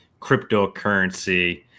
cryptocurrency